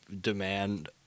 demand